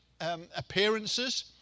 appearances